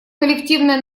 коллективное